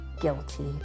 guilty